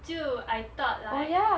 就 I thought like